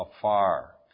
afar